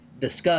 discuss